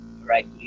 Right